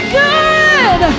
good